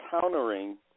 countering